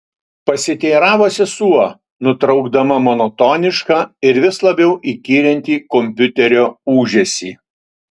pasiteiravo sesuo nutraukdama monotonišką ir vis labiau įkyrintį kompiuterio ūžesį